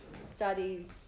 studies